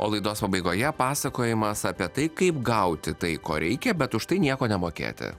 o laidos pabaigoje pasakojimas apie tai kaip gauti tai ko reikia bet už tai nieko nemokėti